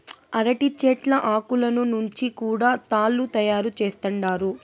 అరటి చెట్ల ఆకులను నుంచి కూడా తాళ్ళు తయారు చేత్తండారు